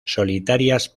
solitarias